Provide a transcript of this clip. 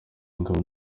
ingabo